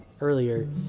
earlier